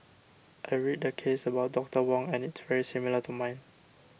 I read the case about Doctor Wong and it's very similar to mine